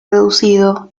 reducido